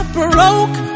broke